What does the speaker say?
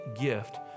gift